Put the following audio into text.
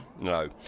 No